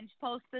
posted